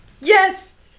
Yes